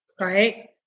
right